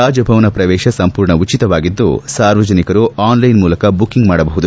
ರಾಜಭವನ ಪ್ರವೇಶ ಸಂಪೂರ್ಣ ಉಚಿತವಾಗಿದ್ದು ಸಾರ್ವಜನಿಕರು ಆನ್ಲೈನ್ ಮೂಲಕ ಬುಕಿಂಗ್ ಮಾಡಬಹುದು